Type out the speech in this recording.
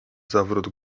zawrót